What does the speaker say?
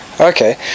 Okay